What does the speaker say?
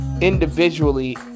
individually